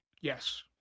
Yes